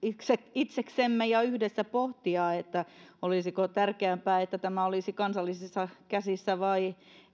itseksemme ja yhdessä pohtia olisiko tärkeämpää että tämä olisi kansallisissa käsissä vai